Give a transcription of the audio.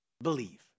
believe